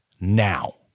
now